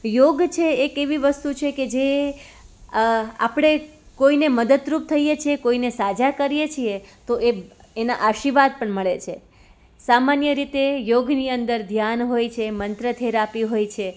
યોગ છે એ એક એવી વસ્તુ છે કે જે આપણે કોઈને મદદરૂપ થઈએ છીએ કોઈને સાજા કરીએ છીએ તો એના આશીર્વાદ પણ મળે છે સમાન્ય રીતે યોગની અંદર ધ્યાન હોય છે મંત્ર થેરાપી હોય છે